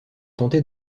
tenté